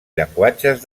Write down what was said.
llenguatges